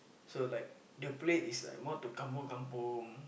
so like the place is like more to kampung kampung